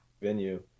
venue